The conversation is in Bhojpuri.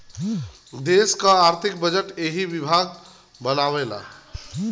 देस क आर्थिक बजट एही विभाग बनावेला